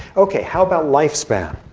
ok, how about life span.